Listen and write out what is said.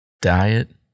Diet